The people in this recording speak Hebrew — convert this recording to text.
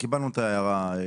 קיבלנו את ההערה.